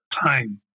time